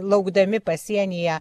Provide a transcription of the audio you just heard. laukdami pasienyje